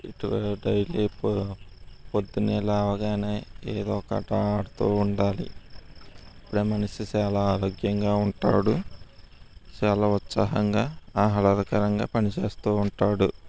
daily పొద్దున్నే లేవగానే ఏదో ఒక ఆట ఆడుతూ ఉండాలి మనిషి చాలా ఆరోగ్యంగా ఉంటాడు చాలా ఉత్సహంగా ఆహ్లాదకరంగా పని చేస్తూ ఉంటాడు